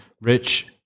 Rich